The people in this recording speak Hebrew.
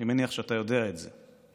אני מניח שאתה יודע את זה.